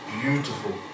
beautiful